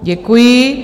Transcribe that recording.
Děkuji.